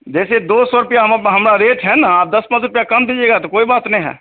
जैसे दो सौ रुपया हमारा रेट है ना आप दस पाँच रुपया कम दीजिएगा तो कोई बात नहीं है